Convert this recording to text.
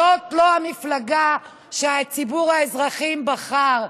זאת לא המפלגה שהציבור האזרחים בחר.